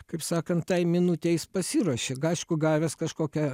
kaip sakant tai minutei jis pasiruošia aišku gavęs kažkokią